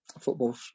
Football